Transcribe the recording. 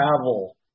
travel